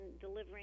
delivering